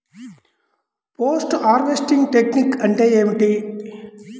Post harvesting technique అంటే ఏమిటీ?